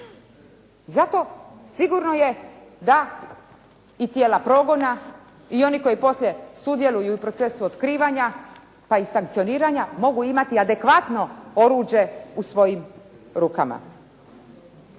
Zato sigurno je da i tijela progona i oni koji poslije sudjeluju u procesu otkrivanja, pa i sankcioniranja mogu imati adekvatno oruđe u svojim rukama.